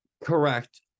Correct